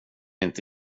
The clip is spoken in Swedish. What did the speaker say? inte